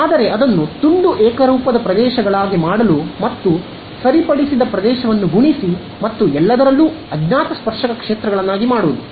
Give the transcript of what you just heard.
ಆದರೆ ಅದನ್ನು ತುಂಡು ಏಕರೂಪದ ಪ್ರದೇಶಗಳಾಗಿ ಮಾಡಲು ಮತ್ತು ಸರಿಪಡಿಸಿದ ಪ್ರದೇಶವನ್ನು ಗುಣಿಸಿ ಮತ್ತು ಎಲ್ಲದರಲ್ಲೂ ಅಜ್ಞಾತ ಸ್ಪರ್ಶಕ ಕ್ಷೇತ್ರಗಳನ್ನಾಗಿ ಮಾಡುವುದು